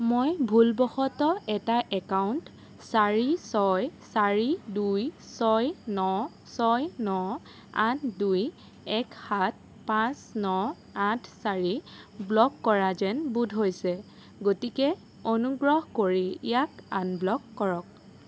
মই ভুলবশতঃ এটা একাউণ্ট চাৰি ছয় চাৰি দুই ছয় ন ছয় ন আঠ দুই এক সাত পাঁচ ন আঠ চাৰি ব্ল'ক কৰা যেন বোধ হৈছে গতিকে অনুগ্ৰহ কৰি ইয়াক আনব্ল'ক কৰক